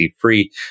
free